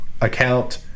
account